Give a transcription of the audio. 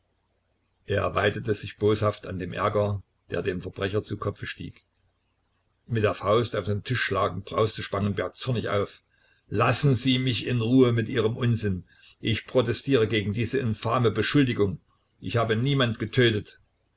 er weidete sich boshaft an dem ärger der dem verbrecher zu kopfe stieg mit der faust auf den tisch schlagend brauste spangenberg zornig auf lassen sie mich in ruhe mit ihrem unsinn ich protestiere gegen diese infame beschuldigung ich habe niemand getötet